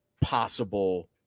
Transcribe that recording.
possible